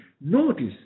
Notice